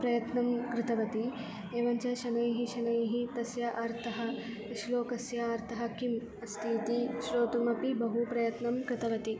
प्रयत्नं कृतवती एवञ्च शनैः शनैः तस्य अर्थः श्लोकस्य अर्थः किम् अस्ति इति श्रोतुम् अपि बहु प्रयत्नं कृतवती